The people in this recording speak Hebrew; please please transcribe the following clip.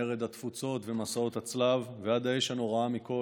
מרד התפוצות ומסעות הצלב ועד האש הנוראה מכול,